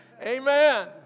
Amen